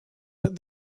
but